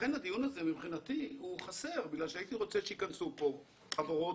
לכן הדיון הזה מבחינתי הוא חסר כי הייתי רוצה שייכנסו פה חברות.